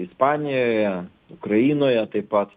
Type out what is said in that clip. ispanijoje ukrainoje taip pat